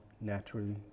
naturally